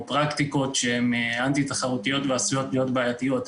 פרקטיקות שהן אנטי תחרותיות ועשויות להיות בעיתיות.